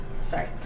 Sorry